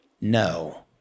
no